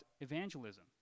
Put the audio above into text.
evangelism